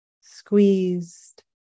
squeezed